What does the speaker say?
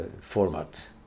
format